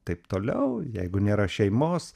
taip toliau jeigu nėra šeimos